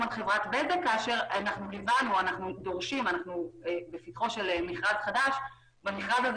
על חברת בזק ואנחנו בפתחו של מכרז חדש שבמכרז הזה